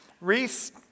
Reese